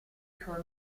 for